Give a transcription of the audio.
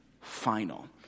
final